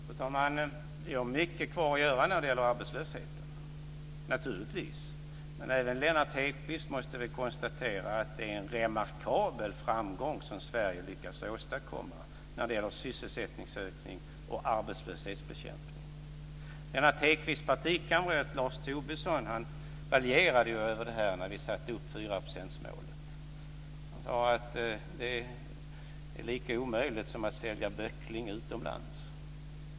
Fru talman! Vi har naturligtvis mycket kvar att göra när det gäller arbetslösheten. Men även Lennart Hedquist måste väl konstatera att det är en remarkabel framgång som Sverige har lyckats åstadkomma när det gäller sysselsättningsökning och arbetslöshetsbekämpning. Lennart Hedquists partikamrat Lars Tobisson raljerade ju över det här när vi satte upp 4 procentsmålet. Han sade att det är lika omöjligt som att sälja böckling utomlands.